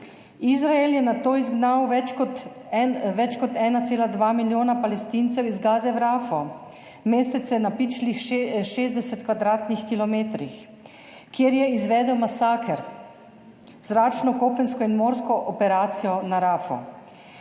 Izrael je nato izgnal več kot 1,2 milijona Palestincev iz Gaze v Rafo, mestece na pičlih 60 kvadratnih kilometrih, kjer je izvedel masaker z zračno, kopensko in morsko operacijo na Rafu,